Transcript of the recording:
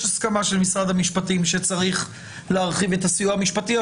הסכמה של משרד המשפטים שצריך להרחיב את הסיוע המשפטי.